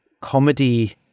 comedy